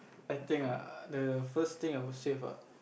I think ah the first thing I would save ah